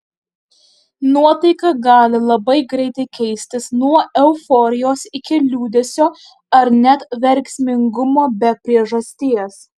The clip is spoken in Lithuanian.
nuotaika gali labai greitai keistis nuo euforijos iki liūdesio ar net verksmingumo be priežasties